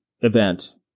event